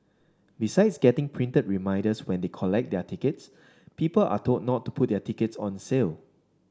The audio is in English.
besides getting printed reminders when they collect their tickets people are told not to put their tickets on sale